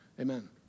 amen